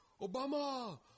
Obama